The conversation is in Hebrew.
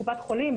קופת חולים,